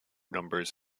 numbers